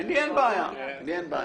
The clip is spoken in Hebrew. אוקיי, אני מפצל את